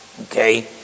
Okay